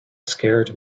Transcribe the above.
scared